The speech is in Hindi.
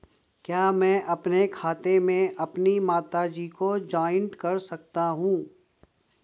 क्या मैं अपने खाते में अपनी माता जी को जॉइंट कर सकता हूँ?